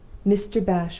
mr. bashwood